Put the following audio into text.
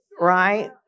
right